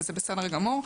וזה בסדר גמור.